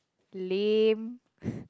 lame